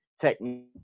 technique